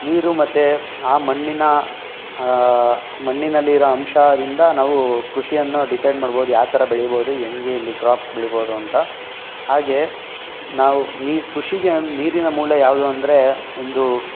ನೀರು ಮತ್ತು ಆ ಮಣ್ಣಿನ ಆ ಮಣ್ಣಿನಲ್ಲಿರೋ ಅಂಶದಿಂದ ನಾವು ಕೃಷಿಯನ್ನು ಡಿಸೈಡ್ ಮಾಡ್ಬೌದು ಯಾವ ಥರ ಬೆಳೀಬೋದು ಹೆಂಗೆ ಇಲ್ಲಿ ಕ್ರಾಪ್ಸ್ ಬೆಳೀಬೋದು ಅಂತ ಹಾಗೇ ನಾವು ನೀರು ಕೃಷಿಗೆ ನೀರಿನ ಮೂಲ ಯಾವುದು ಅಂದರೆ ಒಂದು